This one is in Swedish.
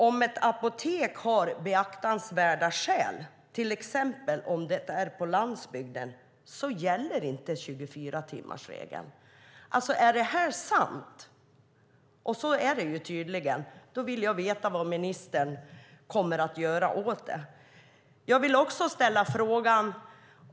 Om ett apotek har beaktansvärda skäl, till exempel om det är på landsbygden, gäller inte 24-timmarsregeln. Om det här är sant, och så är det tydligen, vill jag veta vad ministern kommer att göra åt det.